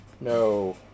No